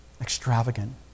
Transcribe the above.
extravagant